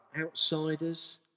outsiders